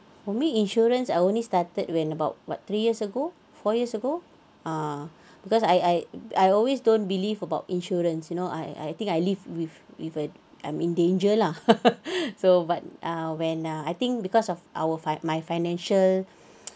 for me insurance I only started when about what three years ago four years ago ah because I I I always don't believe about insurance you know I I think I live with with uh I'm in danger lah so but uh when uh I think because of our fi~ my financial